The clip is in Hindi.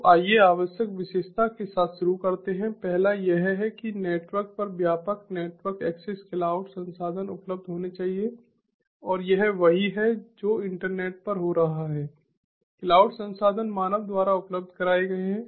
तो आइए आवश्यक विशेषता के साथ शुरू करते हैं पहला यह है कि नेटवर्क पर व्यापक नेटवर्क एक्सेस क्लाउड संसाधन उपलब्ध होने चाहिए और यह वही है जो इंटरनेट पर हो रहा है क्लाउड संसाधन मानव द्वारा उपलब्ध कराए गए हैं